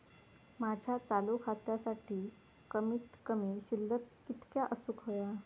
माझ्या चालू खात्यासाठी कमित कमी शिल्लक कितक्या असूक होया?